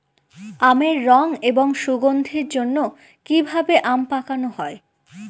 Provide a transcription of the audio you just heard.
আমের রং এবং সুগন্ধির জন্য কি ভাবে আম পাকানো হয়?